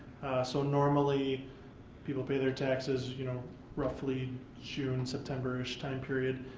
so normally people pay their taxes you know roughly june, september ish time period